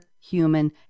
human